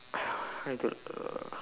I need to uh